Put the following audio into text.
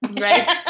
Right